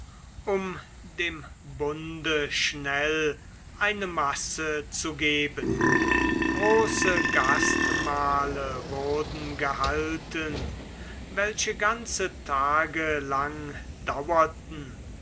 um dem bunde schnell eine masse zu geben große gastmahle wurden gehalten welche ganze tage lang dauerten